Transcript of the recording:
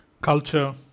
culture